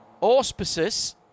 auspices